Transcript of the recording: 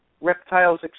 Reptiles